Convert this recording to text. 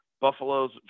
Buffalo's